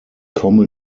komme